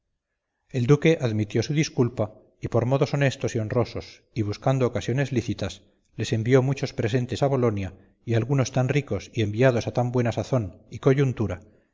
el duque admitió su disculpa y por modos honestos y honrosos y buscando ocasiones lícitas les envió muchos presentes a bolonia y algunos tan ricos y enviados a tan buena sazón y coyuntura